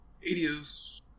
Adios